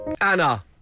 Anna